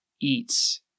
eats